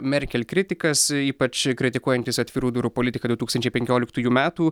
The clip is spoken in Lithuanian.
merkel kritikas ypač kritikuojantis atvirų durų politiką du tūkstančiai penkioliktųjų metų